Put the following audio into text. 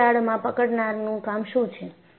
આ તિરાડમાં પકડનારનું કામ શું છે